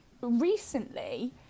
recently